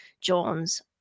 Jones